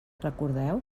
recordeu